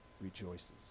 rejoices